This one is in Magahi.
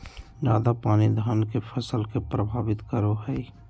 ज्यादा पानी धान के फसल के परभावित करो है?